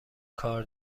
کار